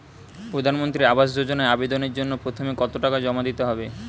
প্রধানমন্ত্রী আবাস যোজনায় আবেদনের জন্য প্রথমে কত টাকা জমা দিতে হবে?